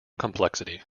complexity